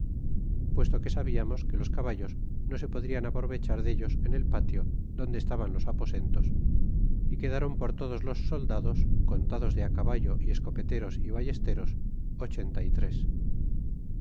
puesto que sabiamos que los caballos no se podrlan aprovechar dellos en el patio donde estaban los aposentos quedron por todos les soldados contados de acaballe y escopeteros é ballesteros ochenta tres